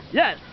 yes